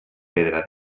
pedra